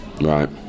right